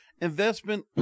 investment